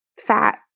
fat